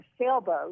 sailboat